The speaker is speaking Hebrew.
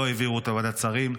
לא העבירו אותה בוועדת שרים.